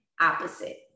opposite